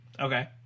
okay